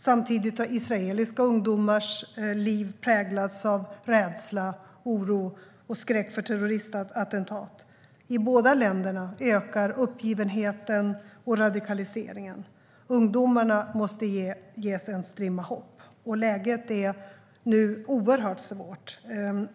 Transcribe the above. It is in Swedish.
Samtidigt har israeliska ungdomars liv präglats av rädsla, oro och skräck för terroristattentat. I båda länderna ökar uppgivenheten och radikaliseringen. Ungdomarna måste ges en strimma hopp. Läget är nu oerhört svårt.